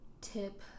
tip